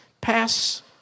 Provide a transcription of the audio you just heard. pass